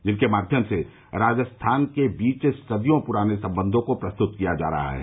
जिसके माध्यम से राजस्थान के बीच सदियों पूराने संबंधों को प्रस्तुत किया जा रहा है